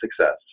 success